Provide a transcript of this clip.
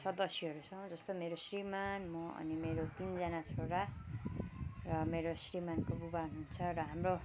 सदस्यहरू छ जस्तो मेरो श्रीमान म अनि मेरो तिनजना छोरा र मेरो श्रीमानको बुबा हुनुहुन्छ र हाम्रो